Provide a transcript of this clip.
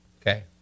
Okay